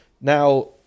now